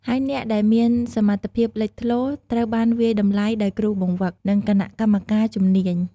ហើយអ្នកដែលមានសមត្ថភាពលេចធ្លោ ត្រូវបានវាយតម្លៃដោយគ្រូបង្វឹក និងគណៈកម្មការជំនាញ។